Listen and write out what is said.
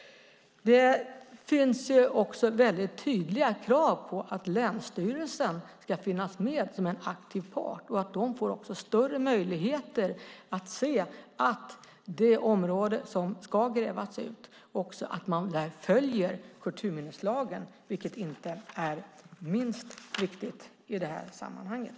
Det finns tydliga krav på att länsstyrelsen ska finnas med som en aktiv part. Länsstyrelsen bör få större möjligheter att se till att man följer kulturminneslagen på det område som ska grävas ut, vilket inte är minst viktigt i sammanhanget.